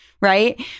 right